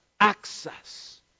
access